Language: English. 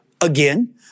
again